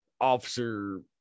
officer